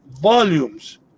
volumes